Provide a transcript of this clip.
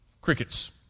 Crickets